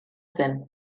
zen